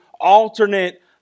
alternate